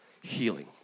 healing